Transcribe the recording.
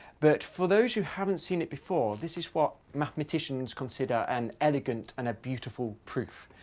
but for those who haven't seen it before, this is what mathematicians consider an elegant and a beautiful proof.